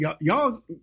y'all